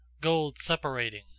gold-separating